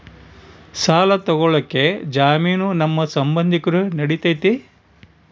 ಸಾಲ ತೊಗೋಳಕ್ಕೆ ಜಾಮೇನು ನಮ್ಮ ಸಂಬಂಧಿಕರು ನಡಿತೈತಿ?